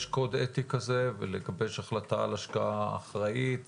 קוד אתי כזה ולגבש החלטה על השקעה אחראית